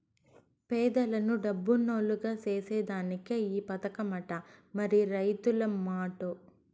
పేదలను డబ్బునోల్లుగ సేసేదానికే ఈ పదకమట, మరి రైతుల మాటో